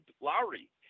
Lowry